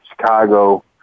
Chicago